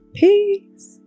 peace